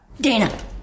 Dana